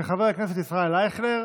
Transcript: של חבר הכנסת ישראל אייכלר.